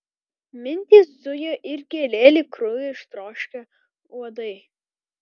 mintys zujo ir gėlė lyg kraujo ištroškę uodai